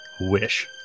wish